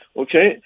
Okay